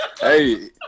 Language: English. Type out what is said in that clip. hey